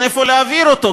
אין איפה להעביר אותו,